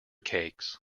cakes